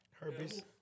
Herpes